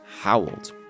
howled